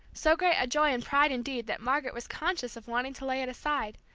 so great a joy and pride indeed that margaret was conscious of wanting to lay it aside,